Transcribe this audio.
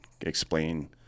explain